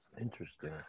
interesting